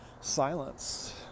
silence